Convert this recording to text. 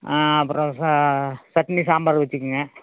அப்புறம் ச சட்னி சாம்பார் வெச்சுக்கங்க